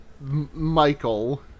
Michael